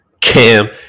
cam